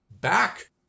back